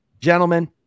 gentlemen